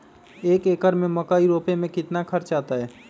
एक एकर में मकई रोपे में कितना खर्च अतै?